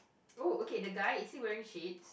oh okay the guy is he wearing shade